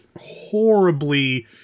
horribly –